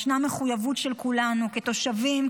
ישנה מחויבות של כולנו כתושבים,